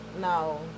No